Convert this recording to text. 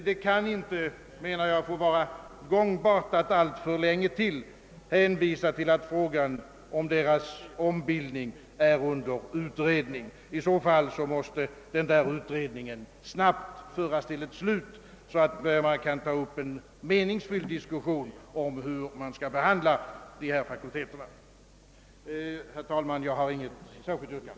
Jag anser, att det inte kan få vara gångbart att alitför länge till hänvisa till att frågan om deras ombildning är under utredning. I så fall måste den där utredningen snabbt föras till ett slut, så att man kan ta upp en meningsfylld diskussion om hur man skall behandla dessa fakulteter. Herr talman! Jag har inget särskilt yrkande.